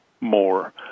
more